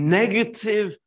negative